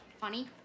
Funny